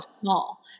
small